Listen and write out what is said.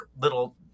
little